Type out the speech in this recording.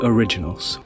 Originals